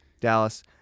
Dallas